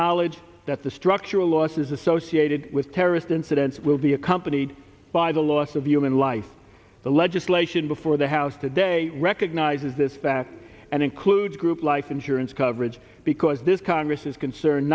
knowledge that the structural losses associated with terrorist incidents will be accompanied by the loss of human life the legislation before the house today recognizes this fact and includes groups like insurance coverage because this congress is concerned